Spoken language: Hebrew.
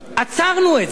עצרנו את זה.